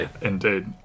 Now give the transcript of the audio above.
Indeed